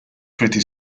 pretty